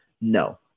No